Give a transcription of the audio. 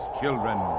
children